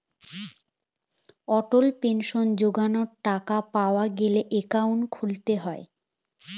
অটল pension যোজনার টাকা পাওয়া গেলে একাউন্ট খুলতে হয়